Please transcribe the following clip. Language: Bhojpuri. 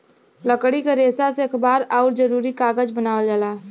लकड़ी क रेसा से अखबार आउर जरूरी कागज बनावल जाला